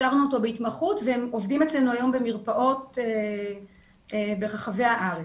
הכשרנו אותו בהתמחות והם עובדים אצלנו היום במרפאות ברחבי הארץ.